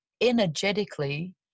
energetically